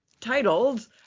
Titled